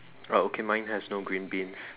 oh okay mine has no green beans